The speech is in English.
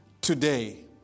today